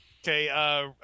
Okay